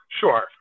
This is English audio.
Sure